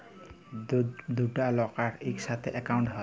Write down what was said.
দুটা লকের ইকসাথে একাউল্ট হ্যয়